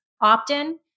opt-in